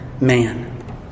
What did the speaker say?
man